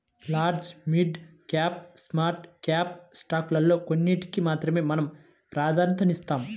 large, mid cap, small cap స్టాకుల్లో కొన్నిటికి మాత్రమే మనం ప్రాధన్యతనిస్తాం